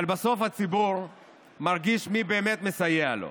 אבל בסוף הציבור מרגיש מי באמת מסייע לו.